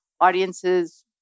audiences